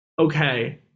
okay